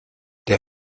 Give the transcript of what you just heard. der